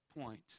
point